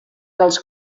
dels